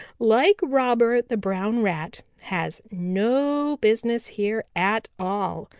like robber the brown rat, has no business here at all,